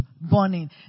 burning